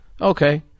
okay